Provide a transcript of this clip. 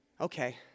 Okay